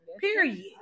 Period